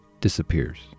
disappears